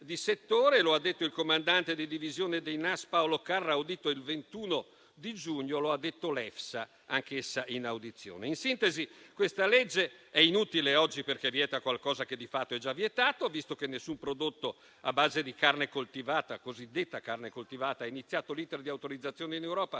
di settore; lo ha detto il comandante di divisione dei Nas, Paolo Carra, audito il 21 di giugno; lo ha detto l'EFSA, anche essa in audizione. In sintesi, oggi questa legge è inutile, perché vieta qualcosa che di fatto è già vietato, visto che nessun prodotto a base di carne coltivata ha iniziato l'*iter* di autorizzazione in Europa